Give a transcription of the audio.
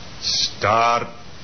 Start